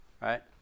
right